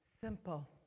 simple